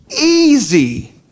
easy